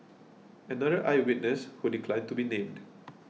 another eye witness who declined to be named